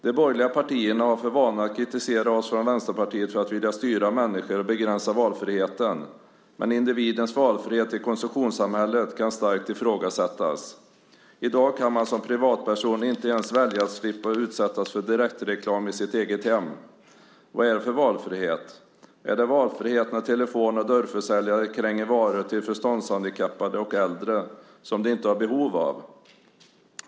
De borgerliga partierna har för vana att kritisera oss i Vänsterpartiet för att vilja styra människor och begränsa valfriheten. Men individens valfrihet i konsumtionssamhället kan starkt ifrågasättas. I dag kan man som privatperson inte ens välja att slippa utsättas för direktreklam i sitt eget hem. Vad är det för valfrihet? Är det valfrihet när telefon och dörrförsäljare kränger varor till förståndshandikappade och äldre - varor som de inte har behov av?